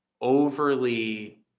overly